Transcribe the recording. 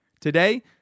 Today